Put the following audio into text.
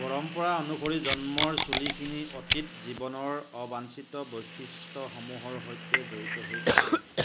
পৰম্পৰা অনুসৰি জন্মৰ চুলিখিনি অতীত জীৱনৰ অবাঞ্চিত বৈশিষ্ট্যসমূহৰ সৈতে জড়িত হৈ থাকে